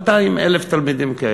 200,000 תלמידים כאלה.